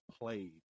played